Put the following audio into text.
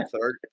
third